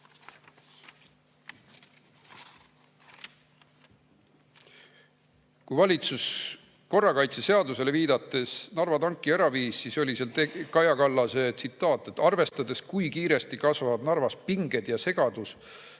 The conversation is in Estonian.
Kui valitsus korrakaitseseadusele viidates Narva tanki ära viis, siis viidati ka Kaja Kallase tsitaadile, et arvestades, kui kiiresti kasvavad Narvas pinged ja segadus